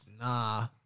nah